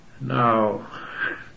Now